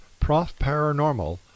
profparanormal